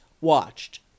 watched